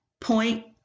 point